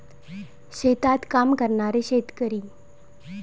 शेतात काम करणारे शेतकरी